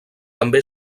també